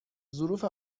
ظروف